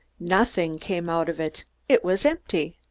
nothing came out of it it was empty!